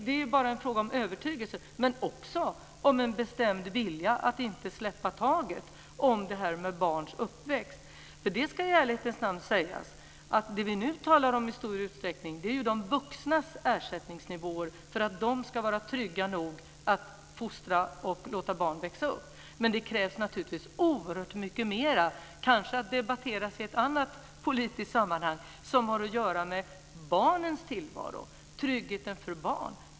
Det är fråga om en övertygelse men också om en bestämd vilja att inte släppa taget om detta med barns uppväxt. Det ska i ärlighetens namn sägas att det som vi nu talar om i stor utsträckning är de vuxnas ersättningsnivåer för att de ska vara trygga nog att fostra barn och ta ansvar för deras uppväxt. Men det krävs naturligtvis oerhört mycket mer. Det kanske bör debatteras i ett annat politiskt sammanhang som har att göra med barnens tillvaro - tryggheten för barn.